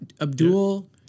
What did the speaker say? Abdul